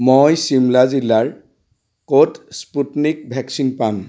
মই ছিমলা জিলাৰ ক'ত স্পুটনিক ভেকচিন পাম